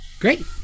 Great